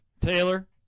Taylor